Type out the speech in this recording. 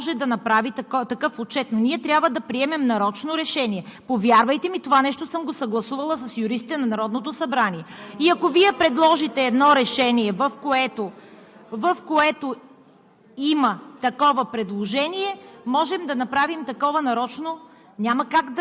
Главният прокурор е изпратил писмо с изричното съгласие, че може да направи такъв отчет, но ние трябва да приемем нарочно решение. Повярвайте ми, това нещо съм го съгласувала с юристите на Народното събрание. И ако Вие предложите едно решение, в което